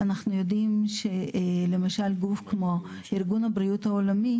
אנחנו יודעים שלמשל גוף כמו ארגון הבריאות העולמי,